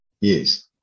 Yes